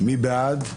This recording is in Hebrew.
מי בעד?